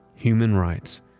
human rights.